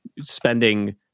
spending